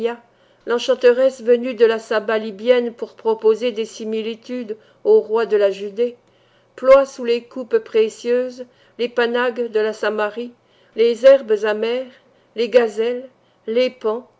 l'enchanteresse venue de la saba libyenne pour proposer des similitudes au roi de la judée ploie sous les coupes précieuses les pannags de la samarie les herbes amères les gazelles les paons